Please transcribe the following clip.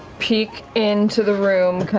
peek into the room,